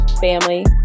family